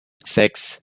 sechs